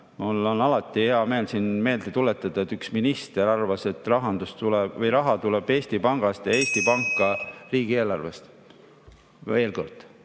Mul on alati hea meel siin meelde tuletada, et üks minister arvas, et raha tuleb Eesti Pangast ja Eesti Panga eelarvest. (Juhataja